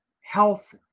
health